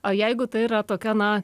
o jeigu tai yra tokia na